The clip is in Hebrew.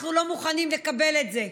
אנחנו לא מוכנים לקבל את זה,